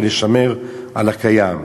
ולשמר את הקיים.